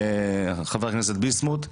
חבר הכנסת ביסמוט,